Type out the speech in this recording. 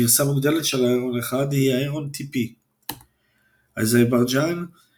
גרסה מוגדלת של ההרון 1 היא ההרון TP. אזרבייג'ן אזרבייג'ן